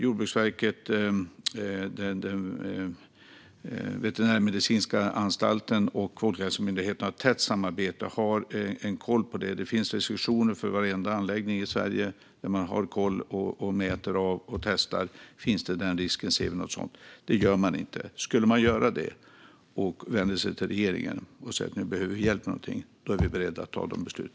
Jordbruksverket, Statens veterinärmedicinska anstalt och Folkhälsomyndigheten har ett tätt samarbete och har koll på detta. Det finns restriktioner för varenda anläggning i Sverige, och man har koll på detta och mäter och testar om det finns någon sådan risk. Man ser inte något sådant. Skulle man göra det och vänder sig till regeringen och säger att man behöver hjälp är vi beredda att ta sådana beslut.